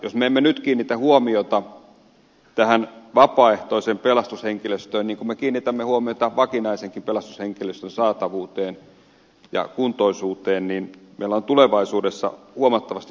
jos me emme nyt kiinnitä huomiota tähän vapaaehtoiseen pelastushenkilöstöön niin kuin me kiinnitämme huomiota vakinaisenkin pelastushenkilöstön saatavuuteen ja kuntoisuuteen niin meillä on tulevaisuudessa huomattavasti suuremmat ongelmat